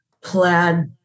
plaid